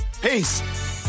Peace